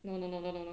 no no no no no no